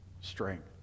strength